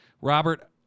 Robert